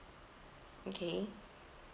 okay